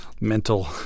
mental